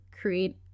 create